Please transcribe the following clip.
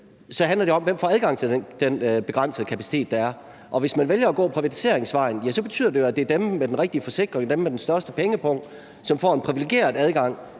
– handler det om, hvem der får adgang til den begrænsede kapacitet, der er. Hvis man vælger at gå privatiseringsvejen, betyder det jo, at det er dem med den rigtige forsikring, dem med den største pengepung, som får en privilegeret adgang